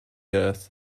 earth